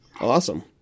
Awesome